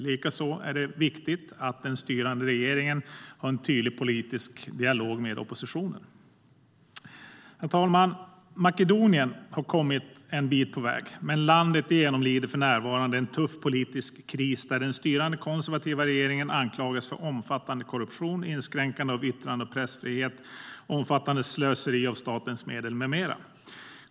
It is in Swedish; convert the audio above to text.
Likaså är det viktigt att den styrande regeringen har en tydlig politisk dialog med oppositionen. Herr talman! Makedonien har kommit en bit på väg, men landet genomlider för närvarande en tuff politisk kris, där den styrande konservativa regeringen anklagas för omfattande korruption, inskränkande av yttrande och pressfrihet, omfattande slöseri av statens medel med mera.